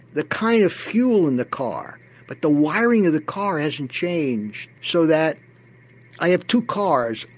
the kind of fuel in the car but the wiring of the car hasn't changed. so that i have two cars,